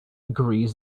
agrees